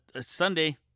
Sunday